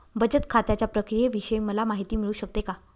बचत खात्याच्या प्रक्रियेविषयी मला माहिती मिळू शकते का?